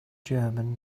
german